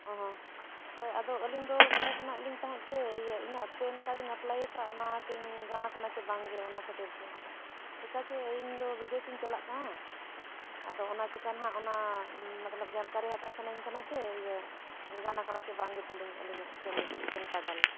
ᱚ ᱦᱚᱸ ᱦᱳᱭ ᱟᱫᱚ ᱟᱹᱞᱤᱧ ᱫᱚ ᱵᱟᱰᱟᱭ ᱥᱟᱱᱟᱭᱮᱫ ᱞᱤᱧ ᱛᱟᱦᱮᱸᱫ ᱡᱮ ᱤᱭᱟᱹ ᱤᱧᱟᱹᱜ ᱯᱮᱱ ᱠᱟᱨᱰ ᱤᱧ ᱮᱯᱞᱟᱭ ᱟᱠᱟᱫᱟ ᱚᱱᱟᱛᱤᱧ ᱜᱟᱱᱟᱠᱟᱱᱟ ᱥᱮ ᱵᱟᱝᱜᱮ ᱚᱱᱟ ᱠᱷᱟᱹᱛᱤᱨ ᱛᱮ ᱪᱮᱠᱟ ᱡᱮ ᱤᱧ ᱫᱚ ᱵᱤᱫᱮᱥᱤᱧ ᱪᱟᱞᱟᱜ ᱠᱟᱱᱟ ᱟᱫᱚ ᱚᱱᱟ ᱪᱤᱠᱟᱹ ᱱᱟᱦᱟᱸᱜ ᱚᱱᱟ ᱢᱚᱛᱞᱚᱵ ᱡᱟᱱᱠᱟᱨᱤ ᱦᱟᱛᱟᱣ ᱥᱟᱱᱟᱧ ᱠᱟᱱᱟ ᱥᱮ ᱤᱭᱟᱹ ᱤᱧ ᱜᱟᱱ ᱟᱠᱟᱱᱟ ᱥᱮ ᱵᱟᱝᱜᱮ ᱛᱟᱞᱤᱧ ᱟᱹᱞᱤᱧᱟᱜ ᱠᱟᱹᱢᱤ ᱯᱮᱱ ᱠᱟᱨᱰ ᱣᱟᱞᱟ